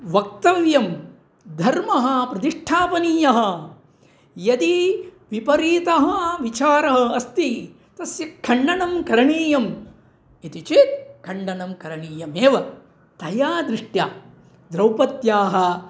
वक्तव्यं धर्मः प्रतिष्ठापनीयः यदि विपरीतः विचारः अस्ति तस्य खण्डनं करणीयम् इति चेत् खण्डनं करणीयमेव तया दृष्ट्या द्रौपद्याः